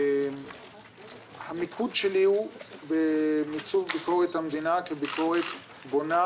המיקוד שלי הוא במיצוב ביקורת המדינה כביקורת בונה,